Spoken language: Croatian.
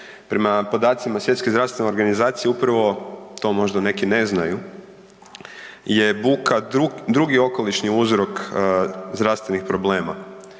prema podacima Svjetske zdravstvene organizacije upravo, to možda neki ne znaju je buka drugi okolišni uzrok zdravstvenih problema